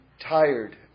tired